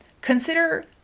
consider